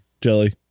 Jelly